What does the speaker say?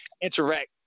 interact